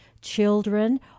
children